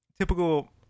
typical